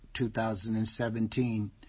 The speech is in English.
2017